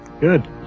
Good